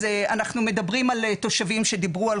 אז אנחנו מדברים על תושבים שדיברו על